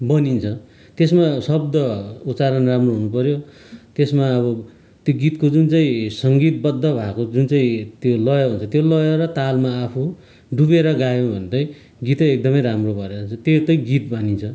बनिन्छ त्यसमा शब्द उच्चारण राम्रो हुनुपऱ्यो त्यसमा अब त्यो गीतको जुन चाहिँ सङ्गीतबद्ध भएको जुन चाहिँ त्यो लयहरू त्यो लय र तालमा आफू डुबेर गायो भने चाहिँ गीत चाहिँ एकदमै राम्रो भएर जान्छ त्यही चाहिँ गीत भनिन्छ